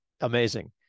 amazing